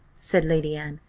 said lady anne,